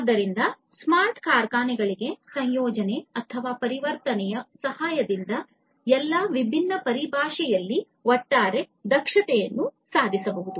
ಆದ್ದರಿಂದ ಸ್ಮಾರ್ಟ್ ಕಾರ್ಖಾನೆಗಳಿಗೆ ಸಂಯೋಜನೆ ಅಥವಾ ಪರಿವರ್ತನೆಯ ಸಹಾಯದಿಂದ ಎಲ್ಲಾ ವಿಭಿನ್ನ ಪರಿಭಾಷೆಯಲ್ಲಿ ಒಟ್ಟಾರೆ ದಕ್ಷತೆಯನ್ನು ಸಾಧಿಸಬಹುದು